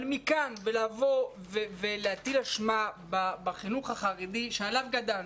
אבל מכאן ועד להטיל אשמה על החינוך החרדי שעליו גדלנו,